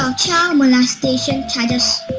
um child molestation charges.